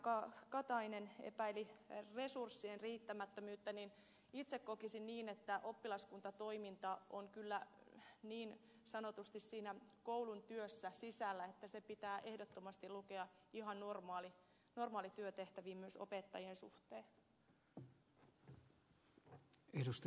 elsi katainen epäili resurssien riittämättömyyttä niin itse kokisin niin että oppilaskuntatoiminta on kyllä niin sanotusti siinä koulun työssä sisällä että se pitää ehdottomasti lukea ihan normaaliin työtehtäviin myös opettajien suhteen